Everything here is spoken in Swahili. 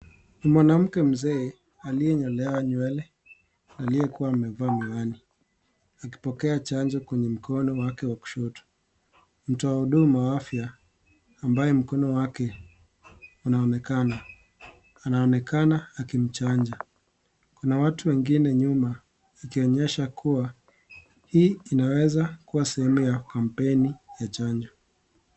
Mwanamke mzee aliyenyolea nywele aliyekuwa amevaa miwani akipokea chanjo kwenye mkono wake wa kushoto mtoa hudumu wa afya ambaye mkono wake unaonekana anaonekana akimchanja. Kuna watu wengine nyuma ikionyesha kuwa hii inaweza kuwa sehemu ya kampeni ya chanjo